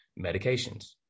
medications